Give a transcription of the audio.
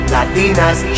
Latinas